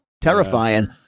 terrifying